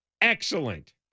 Excellent